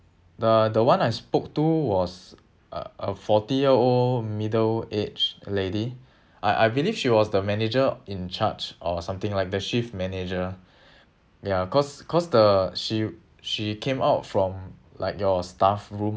the the one I spoke to was a a forty year old middle aged lady I I believe she was the manager in charge or something like the shift manager ya cause cause the she she came out from like your staff room